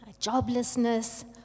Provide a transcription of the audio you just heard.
joblessness